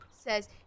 says